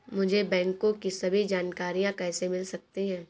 मुझे बैंकों की सभी जानकारियाँ कैसे मिल सकती हैं?